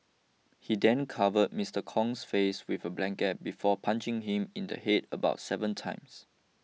he then covered Mister Kong's face with a blanket before punching him in the head about seven times